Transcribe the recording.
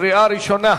קריאה ראשונה.